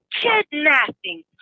kidnapping